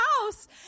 house